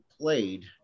played